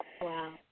Wow